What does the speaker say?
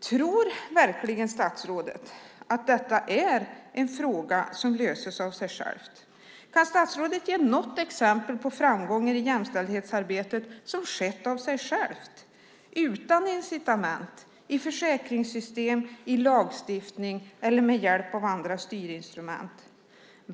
Tror verkligen statsrådet att detta är en fråga som löses av sig själv? Kan statsrådet ge något exempel på framgångar i jämställdhetsarbetet som skett av sig själva utan incitament i försäkringssystem, i lagstiftning eller med hjälp av andra styrinstrument?